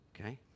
Okay